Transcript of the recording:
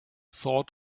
sort